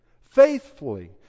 faithfully